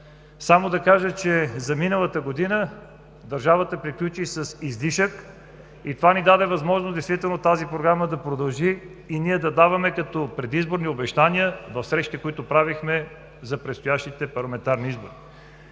Само да кажа, че за миналата година държавата приключи с излишък и това ни даде възможност действително тази Програма да продължи и ние да даваме като предизборни обещания в срещи, които правихме за предстоящите парламентарни избори.